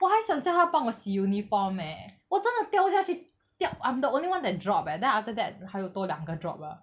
我还想叫他帮我洗 uniform eh 我真的掉下去掉 I'm the only one that drop eh then after that 还有多两个 drop lah